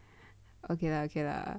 ok lah ok lah